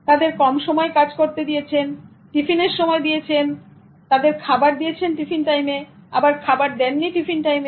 তাদের কম সময় কাজ করতে দিয়েছে টিফিনের সময় দিয়েছেন তাদের খাবার দিয়েছে এ টিফিন টাইমে আবার খাবার দেয়নি টিফিন টাইমে